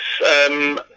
Yes